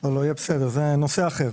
זה נושא אחר.